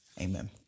Amen